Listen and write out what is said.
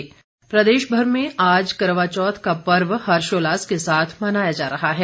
करवा चौथ प्रदेश भर में आज करवाचौथ का पर्व हर्षोल्लास के साथ मनाया जा रहा है